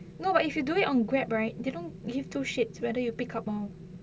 no but if you do it on grab right they don't give to shit whether you pick up or